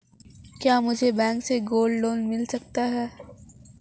क्या मुझे बैंक से गोल्ड लोंन मिल सकता है?